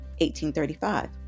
1835